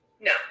No